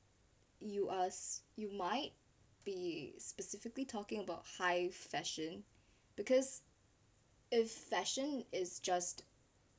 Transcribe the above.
you ask you might be specifically talking about high fashion because if fashion is just